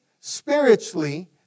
spiritually